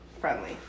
friendly